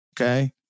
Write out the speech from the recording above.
Okay